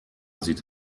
sieht